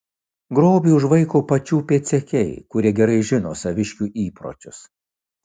grobį užvaiko pačių pėdsekiai kurie gerai žino saviškių įpročius